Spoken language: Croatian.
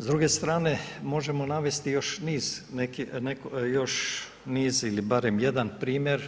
S druge strane, možemo navesti još niz ili barem jedan primjer